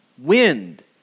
Wind